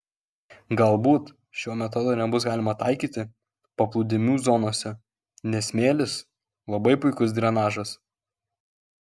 galbūt šio metodo nebus galima taikyti paplūdimių zonose nes smėlis labai puikus drenažas